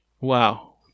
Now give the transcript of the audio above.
Wow